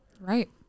right